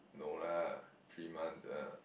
no lah three months ah